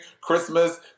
Christmas